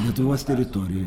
lietuvos teritorijoj